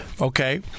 okay